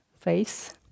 face